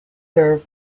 serve